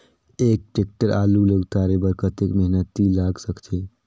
एक टेक्टर आलू ल उतारे बर कतेक मेहनती लाग सकथे?